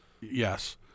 Yes